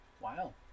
Wow